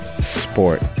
sport